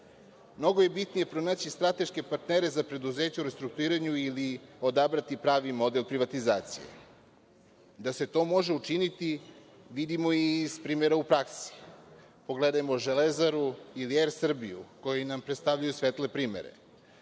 Mnogo je bitnije pronaći strateške partnere za preduzeće u restrukturiranju ili odabrati pravi model privatizacije. Da se to može učiniti, vidimo i iz primera u praksi. Pogledajmo Železaru ili Er Srbiju, koji nam predstavljaju svetle primere. Zato